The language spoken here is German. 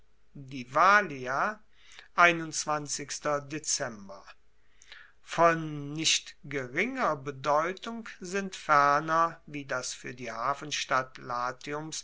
von nicht geringer bedeutung sind ferner wie das fuer die hafenstadt latiums